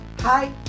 Hi